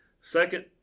Second